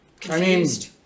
Confused